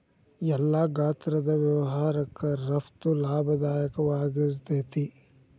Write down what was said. ಎಲ್ಲಾ ಗಾತ್ರದ್ ವ್ಯವಹಾರಕ್ಕ ರಫ್ತು ಲಾಭದಾಯಕವಾಗಿರ್ತೇತಿ